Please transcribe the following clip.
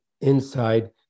inside